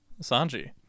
Sanji